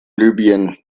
libyen